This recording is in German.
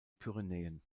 pyrenäen